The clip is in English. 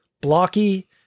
blocky